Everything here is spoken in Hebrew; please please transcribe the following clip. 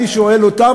אני שואל אותם.